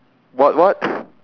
what what